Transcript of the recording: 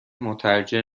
مترجم